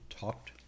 talked